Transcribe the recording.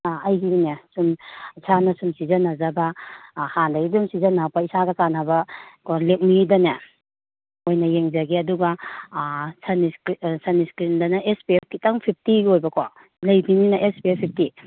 ꯑꯥ ꯑꯩꯒꯤꯅꯦ ꯁꯨꯝ ꯏꯁꯥꯅ ꯁꯨꯝ ꯁꯤꯖꯟꯅꯖꯕ ꯍꯥꯟꯅꯗꯩ ꯑꯗꯨꯝ ꯁꯤꯖꯟꯅꯕ ꯏꯁꯥꯒ ꯆꯥꯟꯅꯕ ꯀꯣ ꯂꯦꯛꯃꯤꯗꯅꯦ ꯑꯣꯏꯅ ꯌꯦꯡꯖꯒꯦ ꯑꯗꯨꯒ ꯁꯟ ꯁ꯭ꯀꯔꯤꯟ ꯁꯟ ꯁ꯭ꯀꯔꯤꯟꯗꯅ ꯑꯦꯁ ꯄꯤ ꯑꯦꯐ ꯈꯤꯇꯪ ꯐꯤꯐꯇꯤ ꯑꯣꯏꯕꯀꯣ ꯂꯩꯒꯅꯤꯅ ꯑꯦꯁ ꯄꯤ ꯑꯦꯐ ꯐꯤꯐꯇꯤ